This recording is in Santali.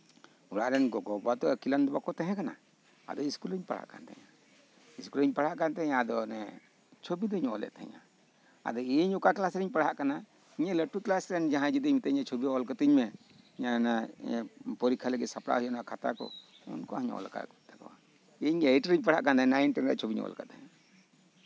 ᱚᱲᱟᱜ ᱨᱮᱱ ᱜᱚᱜᱚᱼᱵᱟᱵᱟ ᱫᱚ ᱟᱹᱠᱤᱞᱟᱱ ᱫᱚ ᱵᱟᱠᱚ ᱛᱟᱦᱮᱸᱠᱟᱱᱟ ᱟᱫᱚ ᱥᱠᱩᱞ ᱨᱤᱧ ᱯᱟᱲᱦᱟᱜ ᱠᱟᱱ ᱛᱟᱦᱮᱸᱠᱟᱱᱟ ᱥᱠᱩᱞ ᱨᱮᱧ ᱯᱟᱲᱦᱟᱜ ᱠᱟᱱ ᱛᱟᱦᱮᱸᱫᱼᱟ ᱟᱫᱚ ᱪᱷᱚᱵᱤ ᱫᱩᱧ ᱚᱞᱮᱫ ᱛᱟᱦᱮᱸᱫᱼᱟ ᱟᱫᱚ ᱤᱧ ᱚᱠᱟ ᱠᱞᱟᱥ ᱨᱮ ᱯᱟᱲᱦᱟᱜ ᱠᱟᱱ ᱛᱟᱦᱮᱸᱱᱟ ᱤᱧᱟᱹᱜ ᱞᱟᱴᱩ ᱠᱞᱟᱥ ᱨᱮᱱ ᱡᱟᱦᱟᱸᱭ ᱡᱩᱫᱤᱧ ᱢᱤᱛᱟᱹᱧᱟ ᱪᱷᱚᱵᱤ ᱚᱞ ᱠᱟᱛᱤᱧ ᱢᱮ ᱮᱸᱜ ᱚᱱᱟ ᱯᱚᱨᱤᱠᱠᱷᱟ ᱞᱟᱹᱜᱤᱫ ᱥᱟᱯᱲᱟᱜ ᱦᱩᱭᱩᱜᱼᱟ ᱚᱱᱟ ᱠᱷᱟᱛᱟ ᱠᱚ ᱚᱱᱠᱟ ᱦᱚᱸᱧᱹ ᱚᱞ ᱟᱠᱟᱫ ᱛᱟᱠᱚᱣᱟ ᱤᱧ ᱜᱮ ᱮᱭᱤᱴ ᱨᱤᱧ ᱯᱟᱲᱦᱟᱜ ᱠᱟᱱ ᱛᱟᱦᱮᱸᱱᱟ ᱱᱟᱭᱤᱱ ᱴᱮᱱ ᱨᱮᱭᱟᱜ ᱪᱷᱚᱵᱤᱧ ᱚᱞ ᱟᱠᱟᱫ ᱛᱟᱦᱮᱸᱱᱟ